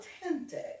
authentic